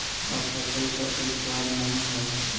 अब फसल क उ स्वाद नाही हौ